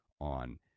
on